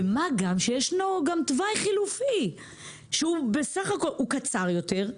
ומה גם שישנו גם תוואי חלופי שהוא קצר יותר,